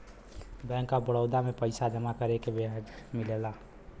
bank of Baroda में पइसा जमा करे पे ब्याज मिलला